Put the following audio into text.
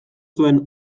zuen